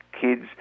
kids